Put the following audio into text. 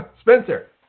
Spencer